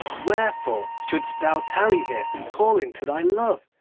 wherefore shouldst thou tarry here calling to thy love,